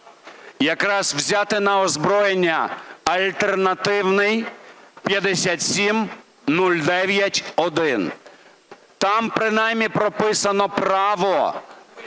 якраз взяти на озброєння альтернативний 5709-1. Там принаймні прописано право